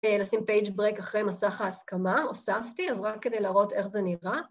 ‫לשים page break אחרי מסך ההסכמה, ‫הוספתי, אז רק כדי להראות איך זה נראה.